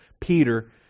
Peter